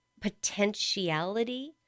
potentiality